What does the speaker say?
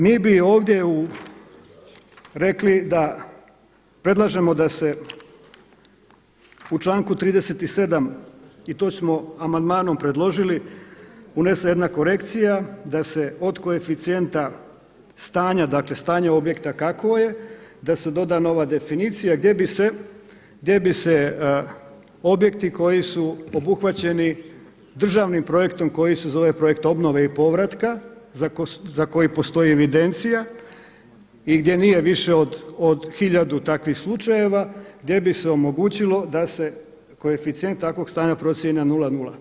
Mi bi ovdje rekli da predlažemo da se u članku 37. i to smo amandmanom predložili, unese jedna korekcija da se od koeficijenta stanja, dakle stanja objekta kakvo je da se doda nova definicija gdje bi se objekti koji su obuhvaćeni državnim projektom koji se zove projekt obnove i povratka za koji postoji evidencija i gdje nije više od hiljadu takvih slučajeva gdje bi se omogućilo da se koeficijent takvog stanja procijeni na 0.0.